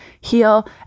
heal